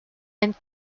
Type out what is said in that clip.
and